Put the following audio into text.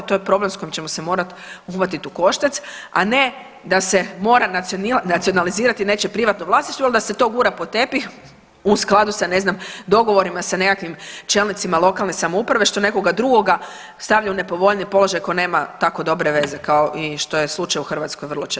To je problem sa kojim ćemo se morati uhvatit u koštac, a ne da se mora nacionalizirati nečije privatno vlasništvo ili da se to gura pod tepih u skladu sa ne znam dogovorima, sa nekim čelnicima lokalne samouprave što nekoga drugoga stavlja u nepovoljniji položaj ako nema tako dobre veze kao što je i slučaj u Hrvatskoj vrlo često.